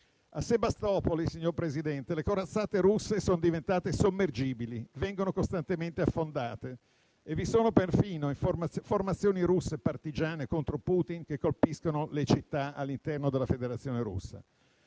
A Sebastopoli, signor Presidente, le corazzate russe sono diventate sommergibili: vengono costantemente affondate e vi sono perfino formazioni russe partigiane contro Putin che colpiscono le città all'interno della Federazione Russa.